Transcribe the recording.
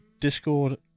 Discord